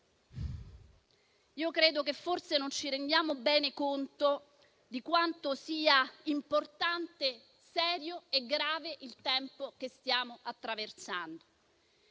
Io credo che forse non ci rendiamo bene conto di quanto sia importante, serio e grave il tempo che stiamo attraversando.